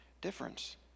difference